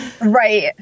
Right